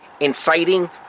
inciting